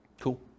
Cool